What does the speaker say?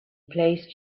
placed